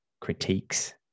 critiques